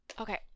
okay